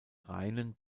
reinen